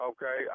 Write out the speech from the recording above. Okay